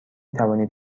توانید